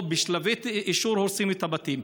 או בשלבי אישור הורסים את הבתים?